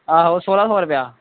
आहो सोलां सौ रपेआ